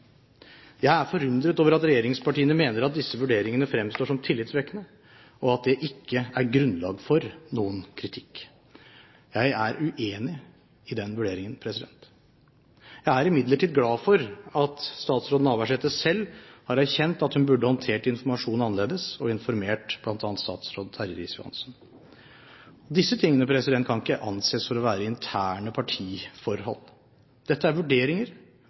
Jeg er forundret over at regjeringspartiene mener at disse vurderingene fremstår som tillitvekkende, og at det ikke er grunnlag for noen kritikk. Jeg er uenig i den vurderingen. Jeg er imidlertid glad for at statsråd Navarsete selv har erkjent at hun burde håndtert informasjonen annerledes, og informert bl.a. statsråd Terje Riis-Johansen. Disse tingene kan ikke anses for å være interne partiforhold. Dette er vurderinger,